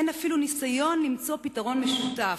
אין אפילו ניסיון למצוא פתרון משותף,